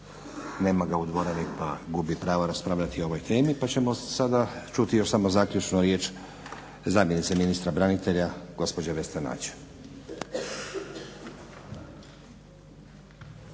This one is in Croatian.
Nema ga u dvorani, pa gubi pravo raspravljati o ovoj temi, pa ćemo sada čuti još samo zaključno riječ zamjenice ministra branitelja gospođe Vesne Nađ.